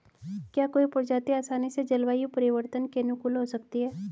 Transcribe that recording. क्या कोई प्रजाति आसानी से जलवायु परिवर्तन के अनुकूल हो सकती है?